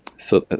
so,